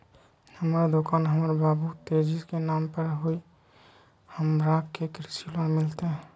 हमर दुकान हमर बाबु तेजी के नाम पर हई, हमरा के कृषि लोन मिलतई?